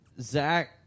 Zach